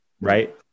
right